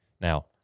Now